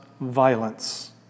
violence